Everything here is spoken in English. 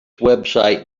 website